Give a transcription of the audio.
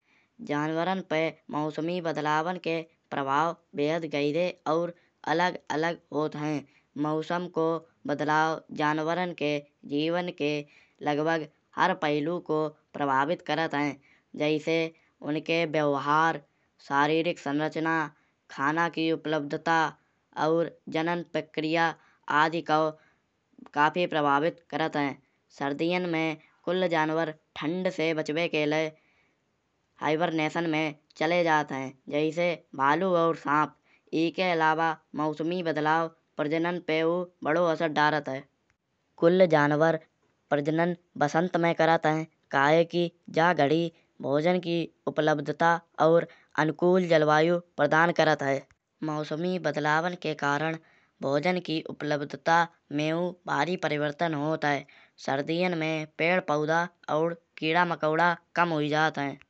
जानवरन पे मौसमी बदलावन के प्रभाव बेहद गहीरी और अलग अलग होत है। मौसम को बदलाव जानवरन के जीवन के लगभग हर पहलू को प्रभावित करत है। जैसे उनके व्यवहार शरीरिक संरचना खाना की उपलब्धिता और जनन प्रक्रिया आदि कउ काफी प्रभावित करत है। सर्दियान मे कुल जानवर ठंड से बचवे के लय हाइबरनेशन मे चले जात है। जैसे भालू और साप ई के अलावा मौसमी बदलाव प्रजनन पेउ बड़ो असर डारत है। कुल जानवर प्रजनन वसंत मे करत है। कयेकी जा घड़ी भोजन की उपलब्धिता और अनुकूल जलवायु प्रदान करत है। मौसमी बदलावन के कारन भोजन की उपलब्धिता मेउ भारी परिवर्तन होत है। सर्दियान मे पेड़ पौधा और कीड़ा मकौड़ा कम होई जात है।